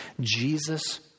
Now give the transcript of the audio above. Jesus